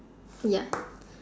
ya